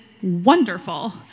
Wonderful